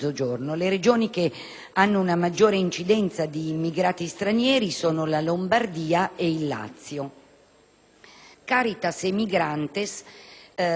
hanno una maggiore incidenza di immigrati stranieri sono la Lombardia e il Lazio. Caritas e Migrantes - due